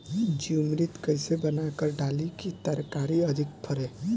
जीवमृत कईसे बनाकर डाली की तरकरी अधिक फरे?